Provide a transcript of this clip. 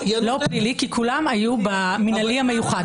לא פלילי, כי כולם היו במינהלי המיוחד.